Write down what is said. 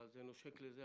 אבל הדברים נושקים זה לזה.